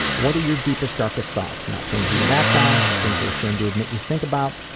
what are your deepest, darkest thoughts? not things you would act on but things you are ashamed to admit you think about.